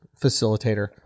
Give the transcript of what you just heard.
facilitator